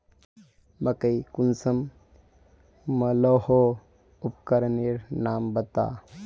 मकई कुंसम मलोहो उपकरनेर नाम बता?